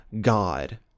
God